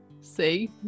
See